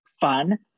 fun